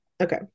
Okay